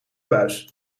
buis